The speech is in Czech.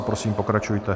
Prosím, pokračujte.